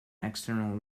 external